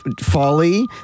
folly